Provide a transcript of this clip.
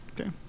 Okay